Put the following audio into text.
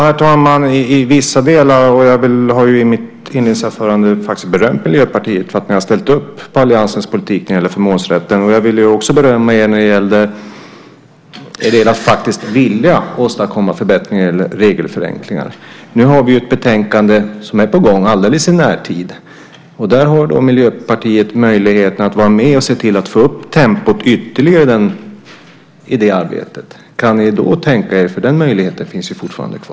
Herr talman! Jag har ju i mitt inledningsanförande faktiskt berömt Miljöpartiet för att ni har ställt upp på alliansens politik när det gäller förmånsrätten. Jag vill också berömma er när det gäller att ni faktiskt vill åstadkomma förbättringar när det gäller regelförenklingar. Nu har vi ju ett betänkande som är på gång, alldeles i närtid. Där har då Miljöpartiet möjlighet att vara med och se till att få upp tempot ytterligare i det arbetet. Kan ni tänka er det? Den möjligheten finns ju fortfarande kvar.